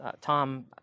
Tom